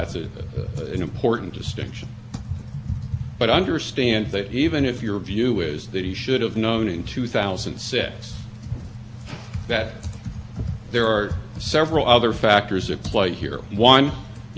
if your view is that he should have known in two thousand and six that there are several other factors at play here one you have a plan that says if you have an approved benefit no amendment can take it